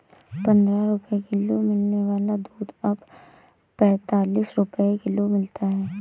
पंद्रह रुपए किलो मिलने वाला दूध अब पैंतालीस रुपए किलो मिलता है